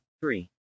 three